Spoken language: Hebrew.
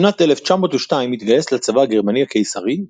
בשנת 1902 התגייס לצבא הגרמני הקיסרי,